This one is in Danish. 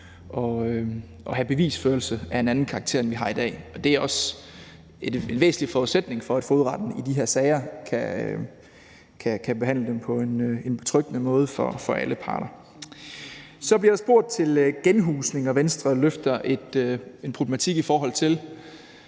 at have bevisførelse af en anden karakter, end vi har i dag. Det er også en væsentlig forudsætning for, at fogedretten i de her sager kan behandle dem på en betryggende måde for alle parter. Så bliver der spurgt til genhusning, og Venstre rejser en problematik, i forhold til